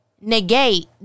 negate